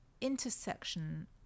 intersection